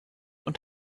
und